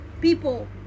people